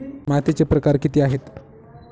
मातीचे प्रकार किती आहेत?